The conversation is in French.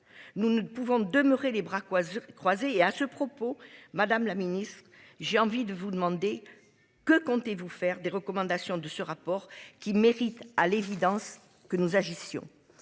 Nous ne pouvons demeurer les bras quoi croisés et à ce propos Madame la Ministre j'ai envie de vous demander. Que comptez-vous faire des recommandations de ce rapport qui méritent à l'évidence que nous agissions,